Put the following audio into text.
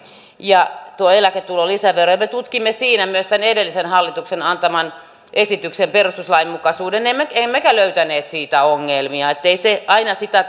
ja eläketulon lisävero me tutkimme siinä myös tämän edellisen hallituksen antaman esityksen perustuslainmukaisuuden emmekä emmekä löytäneet siitä ongelmia ei se aina sitä